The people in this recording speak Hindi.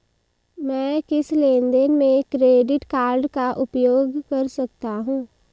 मैं किस लेनदेन में क्रेडिट कार्ड का उपयोग कर सकता हूं?